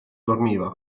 dormiva